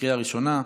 לקריאה ראשונה.